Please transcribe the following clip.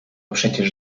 przecież